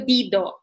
Dido